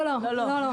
לא, לא.